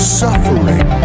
suffering